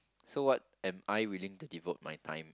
so what am I willing to devote my time